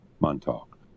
Montauk